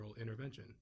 intervention